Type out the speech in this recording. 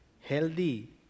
healthy